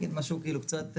אני אגיד משהו קצת,